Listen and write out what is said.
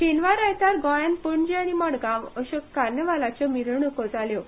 शेनवार आयतारा गोंयांत पणजे आनी मडगांव अशो कार्नवालाच्यो मिरवणुको जाल्यो